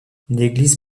l’église